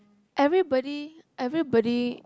everybody everybody